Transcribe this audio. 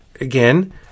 again